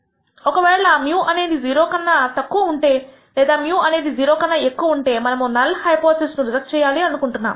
ఒక వేళ μ అనేది 0 కన్నా తక్కువ ఉంటే లేదా μ అనేది 0 కన్నా ఎక్కువ ఉంటే మనము నల్ హైపోథిసిస్ ను రిజెక్ట్ చేయాలి అనుకుంటున్నాము